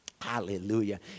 Hallelujah